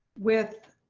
with